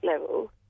level